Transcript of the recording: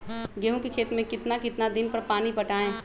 गेंहू के खेत मे कितना कितना दिन पर पानी पटाये?